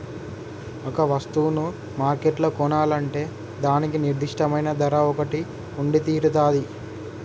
ఒక వస్తువును మార్కెట్లో కొనాలంటే దానికి నిర్దిష్టమైన ధర ఒకటి ఉండితీరతాది